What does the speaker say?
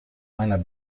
meiner